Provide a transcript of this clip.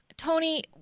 Tony